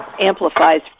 amplifies